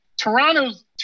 Toronto's